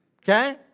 Okay